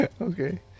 Okay